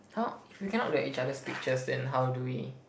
how if we cannot look at each other's pictures then how do we